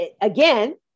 again